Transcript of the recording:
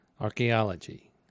Archaeology